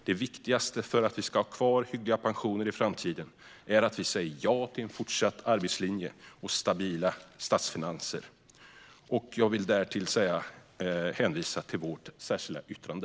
Det viktigaste för att vi ska ha kvar hyggliga pensioner i framtiden är att vi säger ja till en fortsatt arbetslinje och stabila statsfinanser. Jag hänvisar till vårt särskilda yttrande.